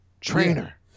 trainer